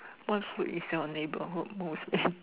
what food is your neighbourhood most in